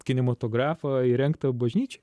kinematografą įrengtą bažnyčioj